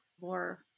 more